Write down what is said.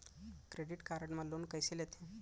Credit card मा loan कइसे लेथे?